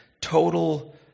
total